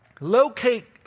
locate